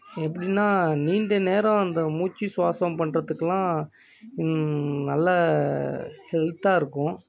எப்படின்னா நீண்ட நேரம் அந்த மூச்சு ஸ்வாசம் பண்ணுறதுக்கெல்லாம் நல்ல ஹெல்த்தாக இருக்கும்